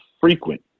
frequent